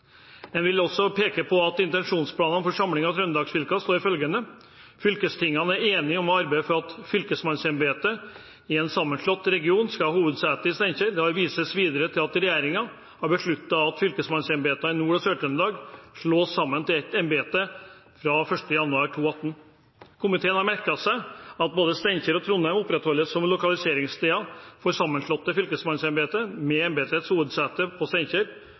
En vil også peke på at det i intensjonsplanen for samling av Trøndelags-fylkene står følgende: «Fylkestingene er enige om å arbeide for at fylkesmannsembetet i en sammenslått region skal ha hovedsete i Steinkjer.» Det vises videre til at regjeringen har besluttet at fylkesmannsembetene i Nord- og Sør-Trøndelag slås sammen til ett embete fra 1. januar 2018. Komiteen har merket seg at både Steinkjer og Trondheim opprettholdes som lokaliseringssteder for det sammenslåtte fylkesmannsembetet, med